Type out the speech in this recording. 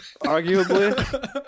arguably